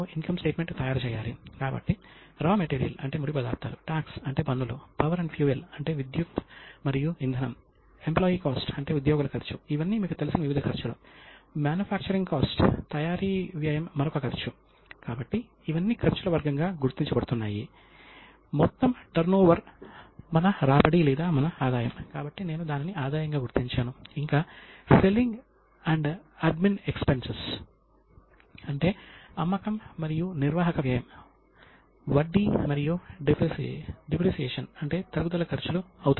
ప్రభుత్వాలు మరియు వ్యాపారులు దాదాపు ప్రాచీన కాలం నుండి వారి ఆర్ధిక లావాదేవీలను మరియు పద్దులను నమోదు చేయడానికి అకౌంటింగ్ను ఉపయోగిస్తున్నారు మరియు చోపాడి అంటే ఖాతాల పుస్తకాలను సూచిస్తాయి మరియు ప్రతి సంవత్సరం పాత చోపాడీలు మూసివేయబడతాయి మరియు కొత్త చోపాడిలు తెరవబడతాయి